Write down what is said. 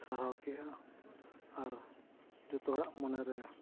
ᱥᱟᱨᱦᱟᱣ ᱠᱮᱜᱼᱟ ᱟᱨ ᱡᱚᱛᱚ ᱦᱚᱲᱟᱜ ᱢᱚᱱᱮᱨᱮ